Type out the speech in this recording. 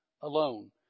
alone